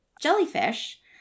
jellyfish